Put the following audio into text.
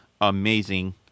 amazing